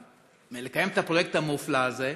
לקיים את הפרויקט המופלא הזה,